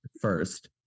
first